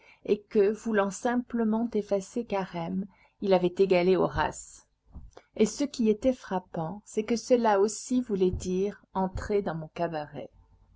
et que voulant simplement effacer carême il avait égalé horace et ce qui était frappant c'est que cela aussi voulait dire entrez dans mon cabaret